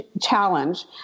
challenge